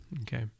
okay